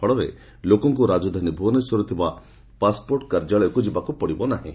ଫଳରେ ଲୋକଙ୍କୁ ରାଜଧାନୀ ଭୁବନେଶ୍ୱରରେ ଥିବା ପାସ୍ପୋର୍ଟ କାର୍ଯ୍ୟାଳୟକୁ ଯିବାକୁ ପଡିବ ନାହିଁ